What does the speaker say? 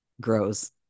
grows